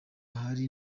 hari